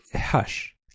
hush